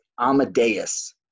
amadeus